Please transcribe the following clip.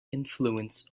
influence